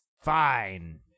fine